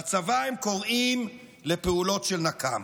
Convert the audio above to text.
לצבא הם קוראים לפעולות של נקם.